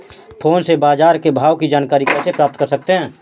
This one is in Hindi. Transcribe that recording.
फोन से बाजार के भाव की जानकारी कैसे प्राप्त कर सकते हैं?